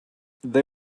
they